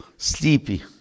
Sleepy